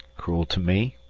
cruel to me